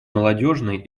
молодежные